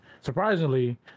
Surprisingly